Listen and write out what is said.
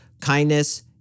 Kindness